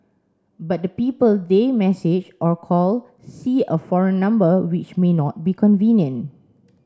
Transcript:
but the people they message or call see a foreign number which may not be convenient